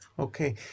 Okay